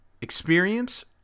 experience